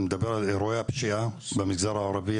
אני מדבר על אירועי הפשיעה במגזר הערבי.